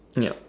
yup